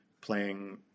playing